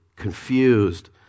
confused